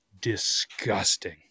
disgusting